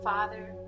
Father